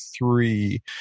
three